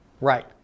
Right